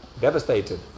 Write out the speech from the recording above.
Devastated